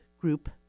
group